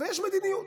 ויש מדיניות.